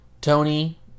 Tony